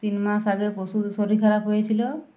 তিন মাস আগে পশুদের শরীর খারাপ হয়েছিল